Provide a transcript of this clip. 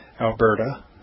alberta